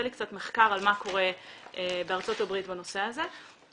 לי מחקר על מה קורה בארצות הברית בנושא הזה.